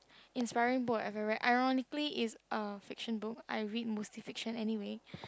inspiring book I ever read ironically is uh fiction book I read mostly fiction anyway